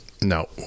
no